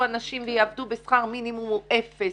אנשים ויעבדו בשכר מינימום הוא אפס.